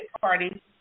party